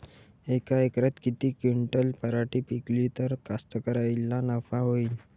यका एकरात किती क्विंटल पराटी पिकली त कास्तकाराइले नफा होईन?